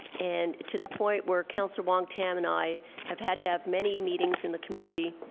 and to the point where councillor wong-tam and i have had to have many meetings in the community.